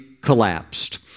collapsed